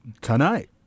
Tonight